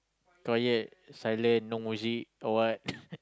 quiet silent no music or what